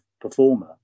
performer